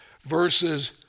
verses